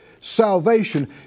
salvation